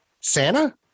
Santa